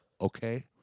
Okay